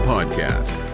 Podcast